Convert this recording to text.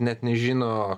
net nežino